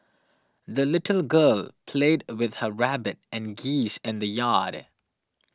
the little girl played with her rabbit and geese in the yard